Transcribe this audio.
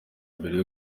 mbere